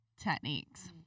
techniques